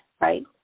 right